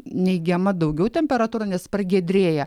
neigiama daugiau temperatūra nes pragiedrėja